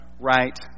right